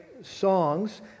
songs